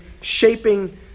shaping